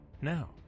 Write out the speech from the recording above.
Now